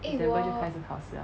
december 就是开始考试 liao